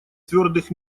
твердых